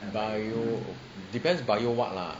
bio depends bio what lah